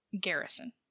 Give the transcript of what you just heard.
Garrison